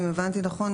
אם הבנתי נכון,